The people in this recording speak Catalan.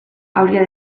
hauria